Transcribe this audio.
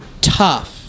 tough